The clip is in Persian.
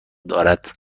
دارد